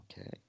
okay